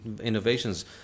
innovations